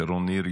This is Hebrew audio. שרון ניר,